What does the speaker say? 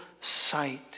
sight